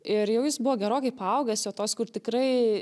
ir jau jis buvo gerokai paaugęs jau toks kur tikrai